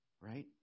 right